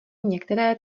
některé